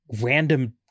random